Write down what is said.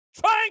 Trying